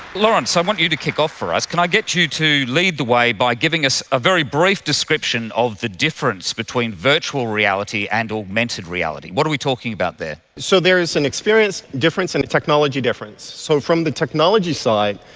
lawrence, i want you to kick off for us. can i get you to lead the way by giving us a very brief description of the difference between virtual reality and augmented reality? what are we talking about there? so there is an experience difference and a technology difference. so from the technology side,